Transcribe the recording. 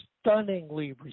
stunningly